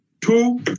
Two